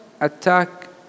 attack